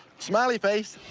smiley face.